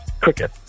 cricket